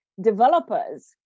developers